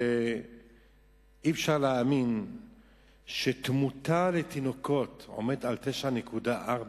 אי-אפשר להאמין שתמותת התינוקות עומדת על 9.4,